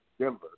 Denver